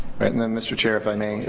and and mr. chair if i may,